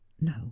No